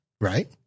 right